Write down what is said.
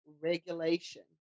regulation